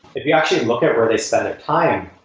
if you actually look at where they spent their time,